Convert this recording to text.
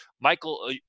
Michael